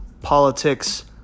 politics